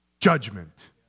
judgment